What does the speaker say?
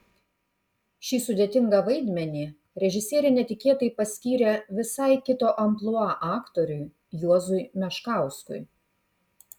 šį sudėtingą vaidmenį režisierė netikėtai paskyrė visai kito amplua aktoriui juozui meškauskui